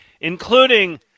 including